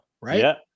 right